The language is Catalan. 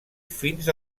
fins